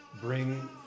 bring